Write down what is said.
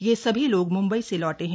यह सभी लोग मुंबई से लौटे हैं